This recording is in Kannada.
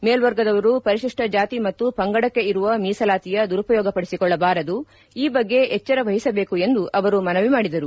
ಮೇಲ್ವರ್ಗದವರು ಪರಿತಿಷ್ಟ ಜಾತಿ ಮತ್ತು ಪಂಗಡಕ್ಕೆ ಇರುವ ಮೀಸಲಾತಿಯ ದುರುಪಯೋಗ ಪಡಿಸಿಕೊಳ್ಳಬಾರದು ಈ ಬಗ್ಗೆ ಎಚ್ದರ ವಹಿಸಬೇಕು ಎಂದು ಅವರು ಮನವಿ ಮಾಡಿದರು